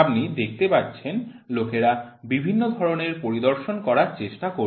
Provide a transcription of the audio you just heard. আপনি দেখতে পাচ্ছেন লোকেরা বিভিন্ন ধরণের পরিদর্শন করার চেষ্টা করে